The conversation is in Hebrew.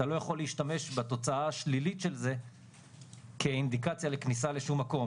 אתה לא יכול להשתמש בתוצאה השלילית של זה כאינדיקציה לכניסה לשום מקום,